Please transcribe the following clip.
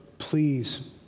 please